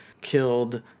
killed